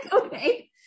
okay